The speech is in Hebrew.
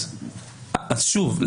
שוב,